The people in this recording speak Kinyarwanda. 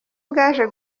bwaje